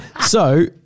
So-